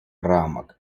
рамок